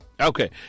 Okay